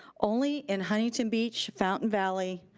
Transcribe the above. only in huntington beach, fountain valley,